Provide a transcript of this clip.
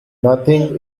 nothing